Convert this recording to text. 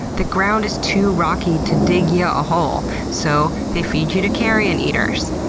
the ground is too rocky to dig ya a hole, so they feed you to carrion eaters.